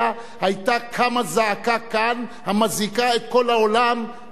היתה קמה כאן זעקה המזעיקה את כל העולם בגין